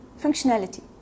functionality